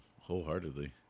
wholeheartedly